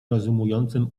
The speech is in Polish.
rozumującym